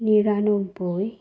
নিৰান্নব্বৈ